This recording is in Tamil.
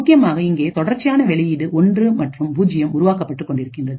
முக்கியமாக இங்கே தொடர்ச்சியாக வெளியீடு ஒன்று மற்றும் பூஜ்ஜியம் உருவாக்கப்பட்டு கொண்டிருக்கின்றது